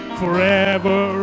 forever